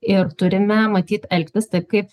ir turime matyt elgtis taip kaip